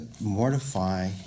mortify